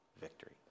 victory